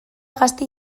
gazte